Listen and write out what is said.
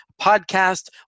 Podcast